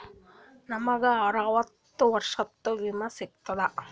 ನಮ್ ಗ ಅರವತ್ತ ವರ್ಷಾತು ವಿಮಾ ಸಿಗ್ತದಾ?